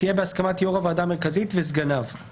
תהיה בהסכמת יושב-ראש הוועדה המרכזית וסגניו";